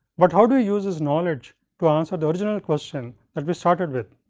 but how do you use this knowledge to answer the original question that we started with?